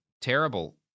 terrible